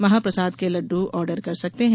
महाप्रसाद के लड्डू ऑर्डर कर सकते हैं